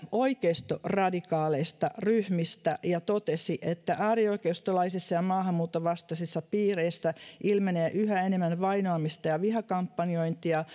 oikeistoradikaaleista ryhmistä ja totesi äärioikeistolaisissa ja ja maahanmuuttovastaisissa piireissä ilmenee yhä enemmän vainoamista ja vihakampanjointia